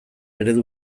eredu